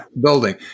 building